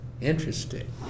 Interesting